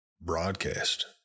broadcast